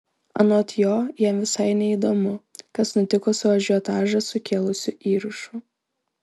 anot jo jam visai neįdomu kas nutiko su ažiotažą sukėlusiu įrašu